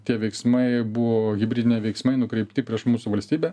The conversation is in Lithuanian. tie veiksmai buvo hibridiniai veiksmai nukreipti prieš mūsų valstybę